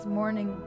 morning